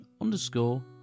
underscore